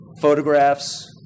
photographs